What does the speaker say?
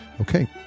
okay